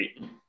right